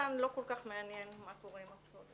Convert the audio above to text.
ובאמת, אותן לא כל כך מעניין מה קורה עם הפסולת.